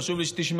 חשוב לי שתשמעו,